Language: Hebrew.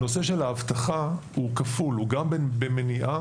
הנושא של האבטחה הוא כפול, הוא גם במניעה